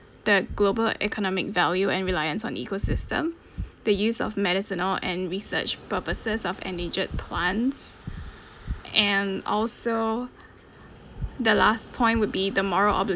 the global economic value and reliance on ecosystem the use of medicinal and research purposes of endangered plants and also the last point would be the moral obligation